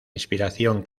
inspiración